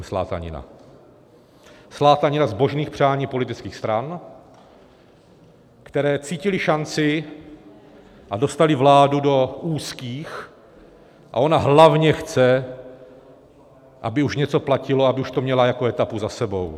Slátanina zbožných přání politických stran, které cítily šanci a dostaly vládu do úzkých, a ona hlavně chce, aby už něco platilo, aby už to měla jako etapu za sebou.